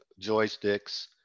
joysticks